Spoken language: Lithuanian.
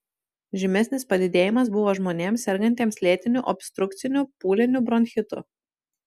žymesnis padidėjimas buvo žmonėms sergantiems lėtiniu obstrukciniu pūliniu bronchitu